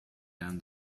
down